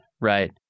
right